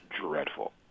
dreadful